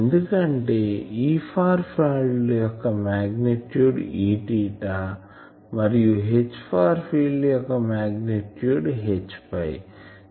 ఎందుకంటే E far field యొక్క magnitude Eθ మరియు H ఫార్ ఫిల్డ్ యొక్క మాగ్నిట్యూడ్ Hϕ